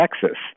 Texas